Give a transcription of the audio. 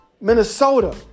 Minnesota